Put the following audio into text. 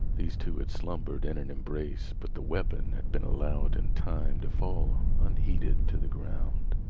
these two had slumbered in an embrace, but the weapon had been allowed in time to fall unheeded to the ground.